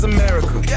America